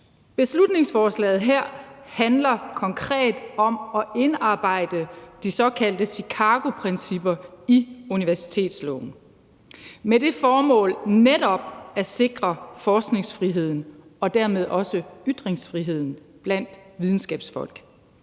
Beslutningsforslaget her handler konkret om at indarbejde de såkaldte Chicagoprincipper i universitetsloven med det formål netop at sikre forskningsfriheden og dermed også ytringsfriheden blandt videnskabsfolk.